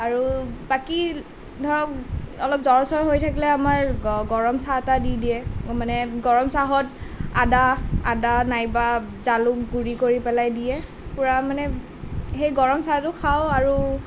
আৰু বাকী ধৰক অলপ জ্বৰ চৰ হৈ থাকিলে আমাৰ গৰম চাহ তাহ দি দিয়ে মানে গৰম চাহত আদা আদা নাইবা জালুক গুৰি কৰি পেলাই দিয়ে পুৰা মানে সেই গৰম চাহটো খাওঁ আৰু